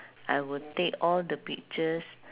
I will take all the pictures